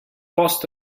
post